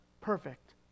perfect